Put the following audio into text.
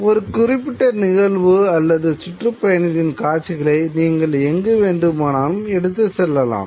ஒரு குறிப்பிட்ட நிகழ்வு அல்லது சுற்றுப்பயணத்தின் காட்சிகளை நீங்கள் எங்கு வேண்டுமானாலும் எடுத்துச் செல்லலாம்